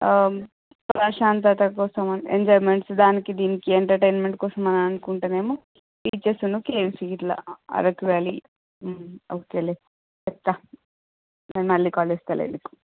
ఆ ప్రశాంతత కోసమే ఎంజయ్మెంట్స్ దానికి దీనికి ఎంటర్టైన్మెంట్ కోసం అని అనుకుంటేనేమో టిచెస్కి ఈ సీట్ల అరకు వ్యాలీ ఒకేలే చెప్తా నేను మల్లి కాల్ చేస్తాలే నీకు